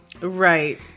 Right